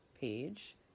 page